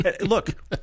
look –